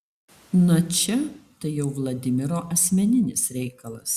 na čia tai jau vladimiro asmeninis reikalas